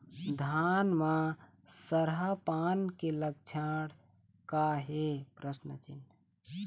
धान म सरहा पान के लक्षण का हे?